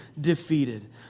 defeated